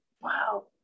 Wow